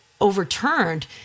overturned